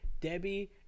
Debbie